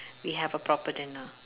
we have a proper dinner